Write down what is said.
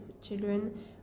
children